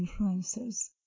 influencers